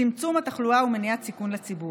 צמצום התחלואה ומניעת סיכון לציבור.